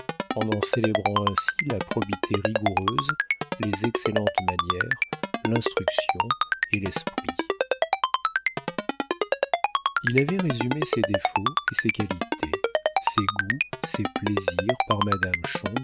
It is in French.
en en célébrant ainsi la probité rigoureuse les excellentes manières l'instruction et l'esprit il avait résumé ses défauts et ses qualités ses goûts ses plaisirs par madame